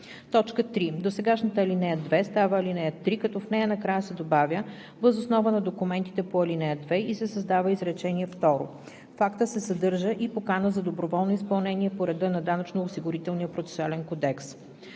3. Досегашната ал. 2 става ал. 3, като в нея накрая се добавя „въз основа на документите по ал. 2.“ и се създава изречение второ: „В акта се съдържа и покана за доброволно изпълнение по реда на Данъчно-осигурителния процесуален кодекс.“.“